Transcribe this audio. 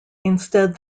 instead